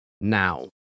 now